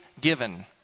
given